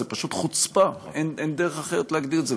זאת פשוט חוצפה, אין דרך אחרת להגדיר את זה.